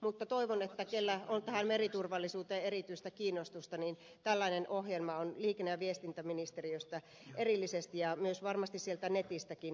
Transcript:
mutta toivon että ne joilla on tähän meriturvallisuuteen erityistä kiinnostusta tällaisen ohjelman liikenne ja viestintäministeriöstä erillisesti ja myös varmasti netistäkin saavat